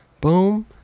Boom